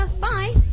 Bye